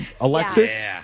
Alexis